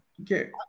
Okay